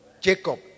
Jacob